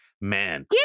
man